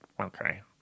okay